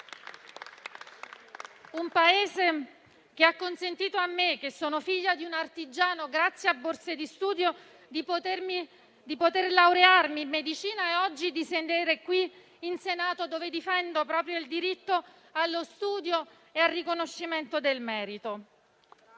Un Paese che ha consentito a me, che sono figlia di un artigiano, grazie a borse di studio, di potermi laureare in medicina e oggi di sedere qui in Senato, dove difendo proprio il diritto allo studio e al riconoscimento del merito.